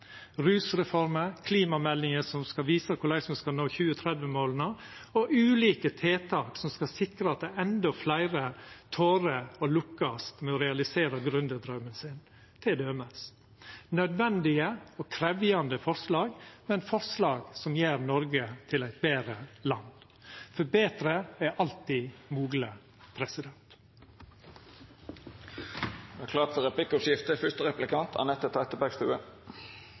rusreforma, klimameldinga som skal visa korleis me skal nå 2030-måla, og ulike tiltak som skal sikra at endå fleire torer, og lukkast med å realisera gründerdraumen sin, t.d. – nødvendige og krevjande forslag, men forslag som gjer Noreg til eit betre land. For betre er alltid mogleg.